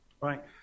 right